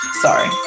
Sorry